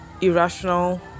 irrational